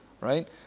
right